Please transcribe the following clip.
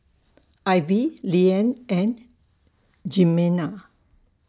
Ivie Leeann and Jimena